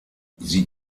sie